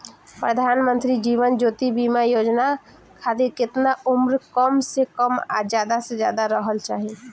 प्रधानमंत्री जीवन ज्योती बीमा योजना खातिर केतना उम्र कम से कम आ ज्यादा से ज्यादा रहल चाहि?